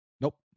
Nope